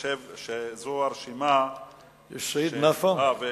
חבר הכנסת סעיד נפאע.